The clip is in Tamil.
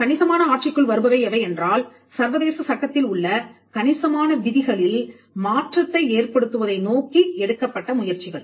கணிசமான ஆட்சிக்குள் வருபவை எவை என்றால் சர்வதேச சட்டத்தில் உள்ள கணிசமான விதிகளில் மாற்றத்தை ஏற்படுத்துவதை நோக்கி எடுக்கப்பட்ட முயற்சிகள்